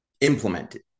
implemented